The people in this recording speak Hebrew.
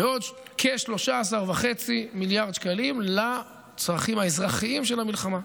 ועוד כ-13.5 מיליארד שקלים לצרכים האזרחיים של המלחמה,